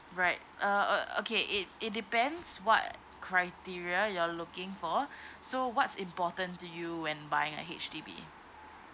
right uh uh okay it it depends what criteria you're looking for so what's important to you when buying a H_D_B